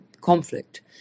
conflict